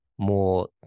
more